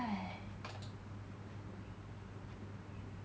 !hais!